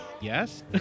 Yes